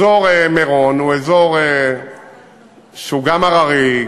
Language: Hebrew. אזור מירון הוא אזור שהוא גם הררי,